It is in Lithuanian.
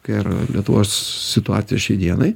kokia yra lietuvos situacija šiai dienai